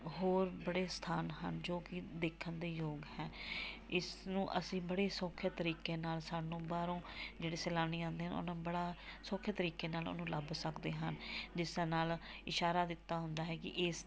ਹੋਰ ਬੜੇ ਸਥਾਨ ਹਨ ਜੋ ਕਿ ਦੇਖਣ ਦੇ ਯੋਗ ਹੈ ਇਸ ਨੂੰ ਅਸੀਂ ਬੜੇ ਸੌਖੇ ਤਰੀਕੇ ਨਾਲ ਸਾਨੂੰ ਬਾਹਰੋਂ ਜਿਹੜੇ ਸੈਲਾਨੀ ਆਉਂਦੇ ਆ ਉਹਨੂੰ ਬੜਾ ਸੌਖੇ ਤਰੀਕੇ ਨਾਲ ਉਹਨੂੰ ਲੱਭ ਸਕਦੇ ਹਨ ਜਿਸ ਨਾਲ ਇਸ਼ਾਰਾ ਦਿੱਤਾ ਹੁੰਦਾ ਹੈ ਕਿ ਇਸ